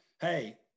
Hey